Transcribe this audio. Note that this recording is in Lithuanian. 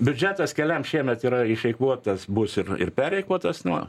biudžetas keliam šiemet yra išeikvotas bus ir ir pereikvotas nu